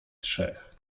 trzech